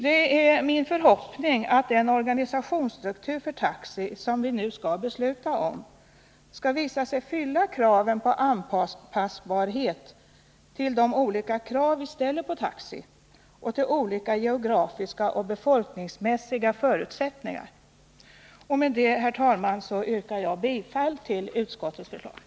Det är min förhoppning att den organisationsstruktur för taxi som vi nu skall besluta om skall visa sig möjlig att anpassa till de olika krav vi ställer på taxi och till olika geografiska och befolkningsmässiga förutsättningar. Med detta, herr talman, yrkar jag bifall till utskottets hemställan.